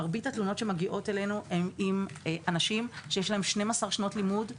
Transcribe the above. מרבית התלונות שמגיעות אלינו הן מאנשים שיש להם 12 שנות לימוד,